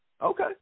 Okay